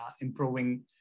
improving